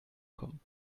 kommen